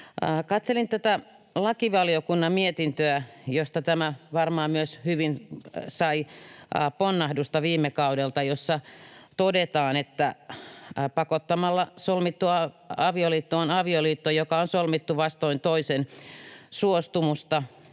Katselin tätä lakivaliokunnan mietintöä, josta tämä varmaan myös hyvin sai ponnahdusta viime kaudelta ja jossa todetaan, että pakottamalla solmittu avioliitto on avioliitto, joka on solmittu vastoin toisen suostumusta,